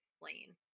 explain